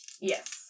Yes